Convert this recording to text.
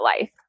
life